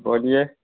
بولیے